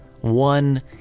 One